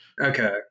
okay